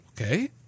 okay